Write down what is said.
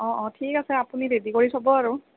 অ অ ঠিক আছে আপুনি ৰেডি কৰি থ'ব আৰু